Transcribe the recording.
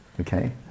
okay